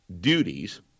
duties